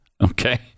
Okay